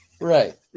Right